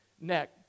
neck